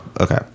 Okay